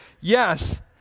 yes